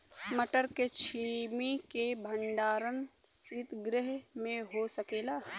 मटर के छेमी के भंडारन सितगृह में हो सकेला?